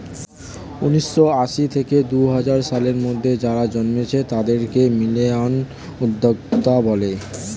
উন্নিশো আশি থেকে দুহাজার সালের মধ্যে যারা জন্মেছে তাদেরকে মিলেনিয়াল উদ্যোক্তা বলে